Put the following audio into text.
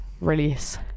release